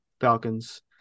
Falcons